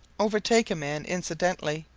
overtake a man incidentally,